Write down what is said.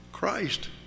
Christ